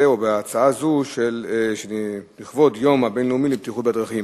או בהצעה זאת לכבוד היום הבין-לאומי לבטיחות בדרכים.